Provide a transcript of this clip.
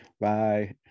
Bye